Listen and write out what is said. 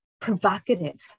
provocative